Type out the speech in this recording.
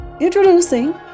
introducing